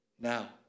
now